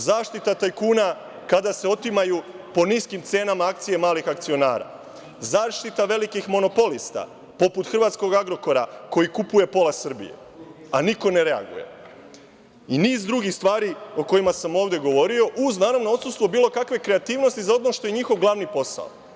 Zaštita tajkuna kada se otimaju po niskim cenama akcija malih akcionara, zaštita velikih monopolista poput hrvatskog „Agrokora“ koji kupuje pola Srbije, a niko ne reaguje i niz drugih stvari o kojima sam ovde govorio uz naravno odsustvo bilo kakve kreativnosti za ono što je njihov glavni posao.